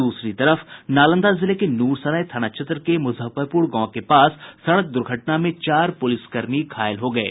दूसरी तरफ नालंदा जिले के नूरसराय थाना क्षेत्र के मुजफ्फरपुर गांव के पास सड़क दुर्घटना में चार पुलिसकर्मी घायल हो गये